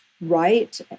right